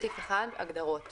הגדרות